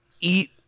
eat